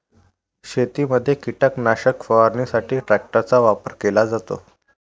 शेतीमध्ये कीटकनाशक फवारणीसाठी ट्रॅक्टरचा वापर केला जातो